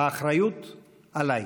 האחריות עליי.